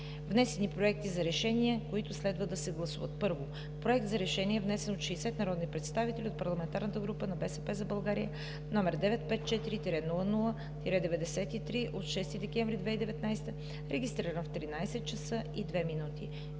Внесени проекти за решения, които следва да се гласуват: 1. Проект за решение, внесен от 60 народни представители от парламентарната група на „БСП за България“, № 954-00-93, от 6 декември 2019 г., регистриран в 13,02 ч.